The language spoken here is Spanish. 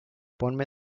ponme